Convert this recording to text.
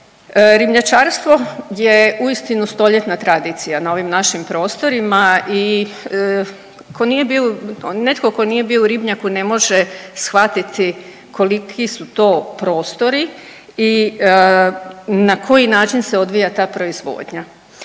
Ribnjačarstvo je uistinu stoljetna tradicija na ovim našim prostorima i ko nije bio netko tko nije bio u ribnjaku ne može shvatiti koliki su to prostori i na koji način se odvija ta proizvodnja.